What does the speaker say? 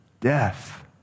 death